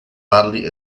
badly